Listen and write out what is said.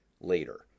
later